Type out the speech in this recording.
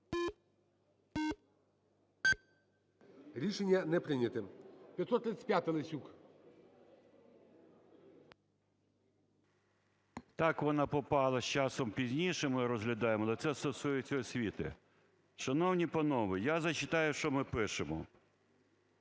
Рішення не прийнято. 535-а,Лесюк. 11:44:23 ЛЕСЮК Я.В. Так, вона попала часом пізніше, ми розглядаємо, але це стосується освіти. Шановні панове, я зачитаю, що ми пишемо: